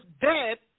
dead